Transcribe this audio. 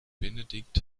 benedikt